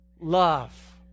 love